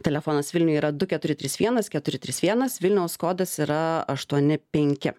telefonas vilniuje yra du keturi trys vienas keturi trys vienas vilniaus kodas yra aštuoni penki